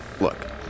look